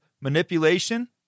manipulation